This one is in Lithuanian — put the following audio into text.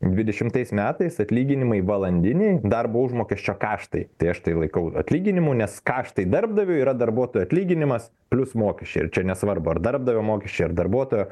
dvidešimtais metais atlyginimai valandiniai darbo užmokesčio kaštai tai aš tai laikau atlyginimu nes kaštai darbdaviui yra darbuotojo atlyginimas plius mokesčiai ir čia nesvarbu ar darbdavio mokesčiai ar darbuotojo